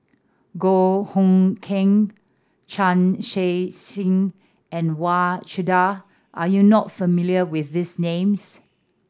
Goh Hood Keng Chan Chun Sing and Wang Chunde are you not familiar with these names